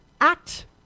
act